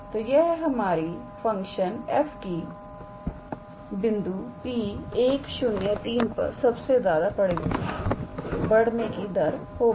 तो यह हमारी फंक्शन f की P 103 पर सबसे ज्यादा बढ़ने की दर होगी